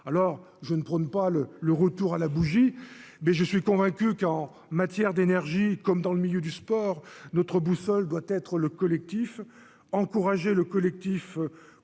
alors je ne prône pas le le retour à la bougie, ben, je suis convaincu qu'en matière d'énergie, comme dans le milieu du sport notre boussole doit être le collectif encouragé le collectif pour